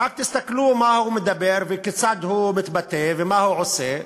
רק תסתכלו מה הוא מדבר וכיצד הוא מתבטא ומה הוא עושה.